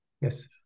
Yes